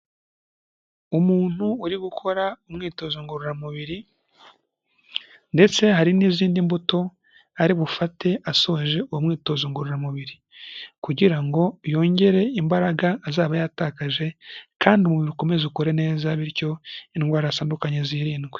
Umuntu uri gukora umwitozo ngororamubiri, ndetse hari n'izindi mbuto ari bufate asoje uwo mwitozo ngororamubiri kugira ngo yongere imbaraga azaba yatakaje kandi umubiri ukomeze ukore neza bityo indwara zitandukanye zirindwe.